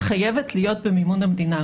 חייבת להיות במימון המדינה.